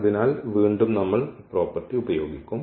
അതിനാൽ വീണ്ടും നമ്മൾ ഈ പ്രോപ്പർട്ടി ഉപയോഗിക്കും